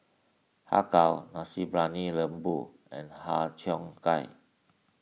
Har Kow Nasi Briyani Lembu and Har Cheong Gai